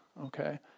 Okay